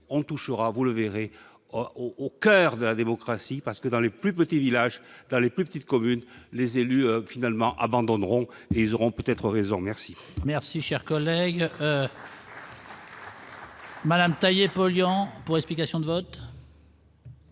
on touchera, vous le verrez au coeur de la démocratie, parce que dans les plus petits villages dans les plus petites communes, les élus, finalement, abandonneront ils auront peut-être raison merci. Merci, cher collègue. Madame polluants pour explication de vote.